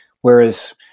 whereas